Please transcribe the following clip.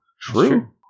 true